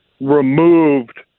removed